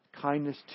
kindness